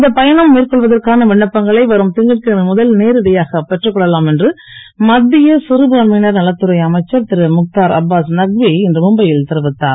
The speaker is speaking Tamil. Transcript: இந்த பயணம் மேற்கொள்வதற்கான விண்ணப்பங்களை வரும் ங்கட்கிழமை முதல் நேரடியாக பெற்றுக் கொள்ளலாம் என்று மத் ய சிறுபான்மை னர் நலத்துறை அமைச்சர் ரு முக்தார் அப்பாஸ் நக்வி இன்று மும்பை ல் தெரிவித்தார்